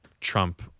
trump